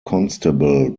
constable